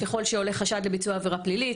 ככל שעולה חשד לביצוע עבירה פלילית,